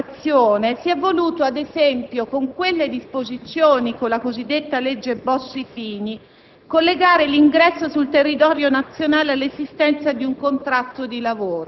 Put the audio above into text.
ma di fatto ha introdotto istituiti e disposizioni che alla prova dei fatti qualche volta si sono rivelati irrealistici, qualche altra volta inattuabili o inefficaci.